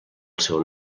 seu